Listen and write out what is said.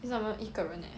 it's not even 一个人 eh